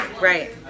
Right